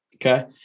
Okay